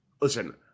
listen